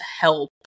help